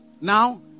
Now